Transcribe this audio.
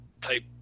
type